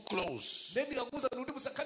close